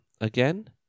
again